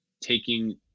taking